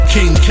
King